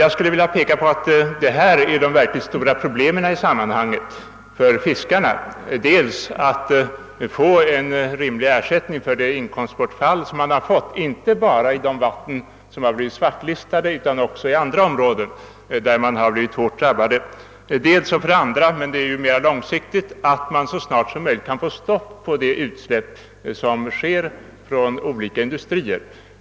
Detta är det verkligt stora problemet för fiskarna i sammanhanget. För det första gäller det nu att ge fiskarna en rimlig ersättning för det inkomstbortfall som de drabbats av inte bara i de vatten som blivit svartlistade utan också i andra områden, där verkningarna av allmänhetens minskade fiskkonsumtion blivit kännbara. För det andra — och det är en mera långsiktig fråga — gäller det att få stopp på det kvicksilverutsläpp som sker från olika industrier.